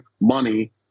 money